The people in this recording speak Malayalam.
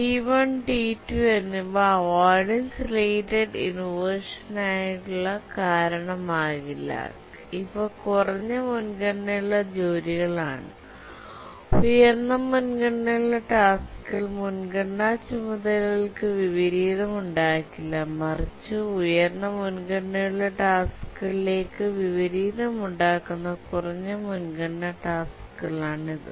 T1 T2 എന്നിവ അവോയ്ഡൻസ് റിലേറ്റഡ് ഇൻവെർഷൻ നായുള്ളന് കാരണമാകില്ല കാരണം ഇവ കുറഞ്ഞ മുൻഗണനയുള്ള ജോലികളാണ് ഉയർന്ന മുൻഗണനയുള്ള ടാസ്ക്കുകൾ മുൻഗണനാ ചുമതലകൾക്ക് വിപരീതമുണ്ടാക്കില്ല മറിച്ച് ഉയർന്ന മുൻഗണനയുള്ള ടാസ്ക്കുകളിലേക്ക് വിപരീതമുണ്ടാക്കുന്ന കുറഞ്ഞ മുൻഗണനാ ടാസ്ക്കുകളാണ് ഇത്